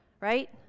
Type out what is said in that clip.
right